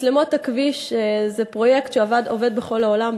מצלמות הכביש זה פרויקט שעובד בכל העולם,